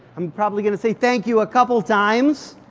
i'm probably going to say thank you a couple times.